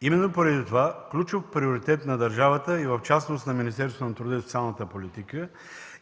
Именно поради това ключов приоритет на държавата, и в частност на Министерството на труда и социалната политика,